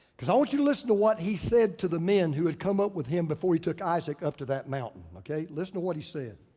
cause i want you to listen to what he said to the men who had come up with him before he took isaac up to that mountain, okay? listen to what he said.